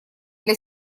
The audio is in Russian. для